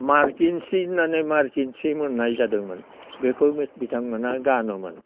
मारखिन सि होननानै मारखिन सि मोननाय जादोंमोन बेखौ बिथांमोनहा गानोमोन